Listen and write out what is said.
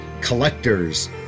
collector's